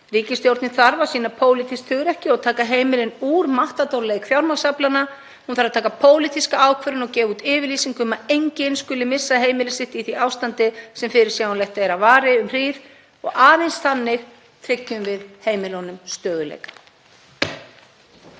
Ríkisstjórnin þarf að sýna pólitískt hugrekki og taka heimilin úr matador-leik fjármagnsaflanna. Hún þarf að taka pólitíska ákvörðun og gefa út yfirlýsingu um að enginn skuli missa heimili sitt í því ástandi sem fyrirsjáanlegt er að vari um hríð. Aðeins þannig tryggjum við heimilunum stöðugleika.